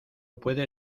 puede